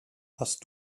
hast